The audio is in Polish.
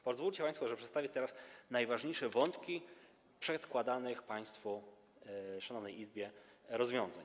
Pozwólcie państwo, że przedstawię teraz najważniejsze wątki w zakresie przedkładanych państwu, szanownej Izbie, rozwiązań.